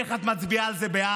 איך את מצביעה על זה בעד?